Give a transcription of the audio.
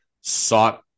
sought